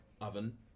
oven